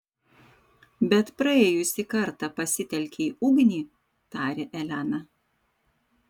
bet praėjusį kartą pasitelkei ugnį tarė elena